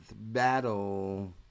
battle